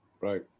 Right